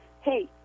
hey